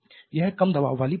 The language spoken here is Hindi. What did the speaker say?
यह कम दबाव वाली भाप है